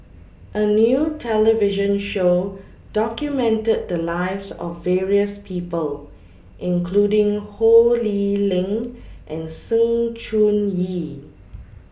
A New television Show documented The Lives of various People including Ho Lee Ling and Sng Choon Yee